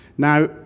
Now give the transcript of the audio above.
Now